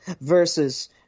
versus